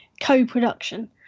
co-production